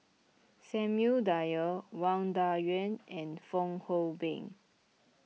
Samuel Dyer Wang Dayuan and Fong Hoe Beng